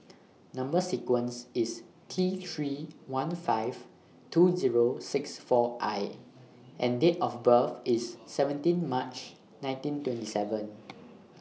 Number sequence IS T three one five two Zero six four I and Date of birth IS seventeen March nineteen twenty seven